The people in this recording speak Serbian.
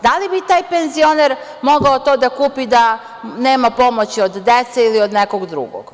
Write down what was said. Da li bi taj penzioner mogao to da kupi da nema pomoći od dece ili od nekog drugog?